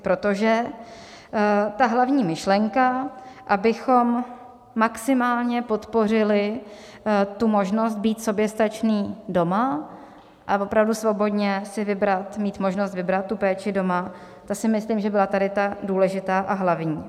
Protože ta hlavní myšlenka, abychom maximálně podpořili možnost být soběstační doma a opravdu svobodně si vybrat, mít možnost si vybrat tu péči doma, ta si myslím, že byla tady ta důležitá a hlavní.